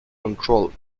control